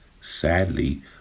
sadly